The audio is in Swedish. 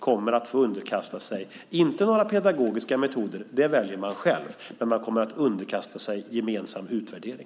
Det handlar inte om några pedagogiska metoder. Det väljer man själv. Men de kommer att underkastas gemensam utvärdering.